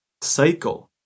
cycle